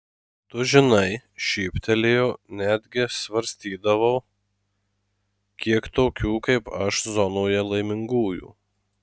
tu žinai šyptelėjo netgi svarstydavau kiek tokių kaip aš zonoje laimingųjų